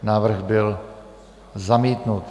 Návrh byl zamítnut.